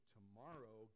Tomorrow